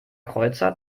kreuzer